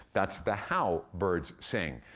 that's the how birds sing.